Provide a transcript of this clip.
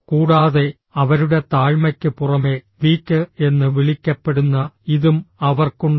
കൂടാതെ അവരുടെ താഴ്മയ്ക്ക് പുറമെ പീക്ക് എന്ന് വിളിക്കപ്പെടുന്ന ഇതും അവർക്കുണ്ട്